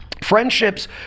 Friendships